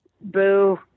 Boo